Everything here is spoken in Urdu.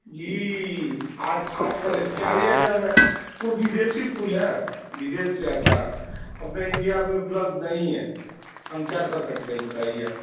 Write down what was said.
جی آج آج کا ریٹ چار ہی ہزار ہے وہ بدیسی پھول ہے بدیس سے آتا ہے اپنے انڈیا میں اپلبدھ نہیں ہے ہم کیا کر سکتے ہیں بتائیے آپ